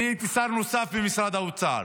אני הייתי שר נוסף במשרד האוצר.